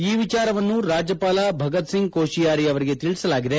ಈ ವಿಜಾರವನ್ನು ರಾಜ್ಯಪಾಲ ಭಗತ್ಸಿಂಗ್ ಕೋಶಿಯಾರಿ ಅವರಿಗೆ ತಿಳಿಸಲಾಗಿದೆ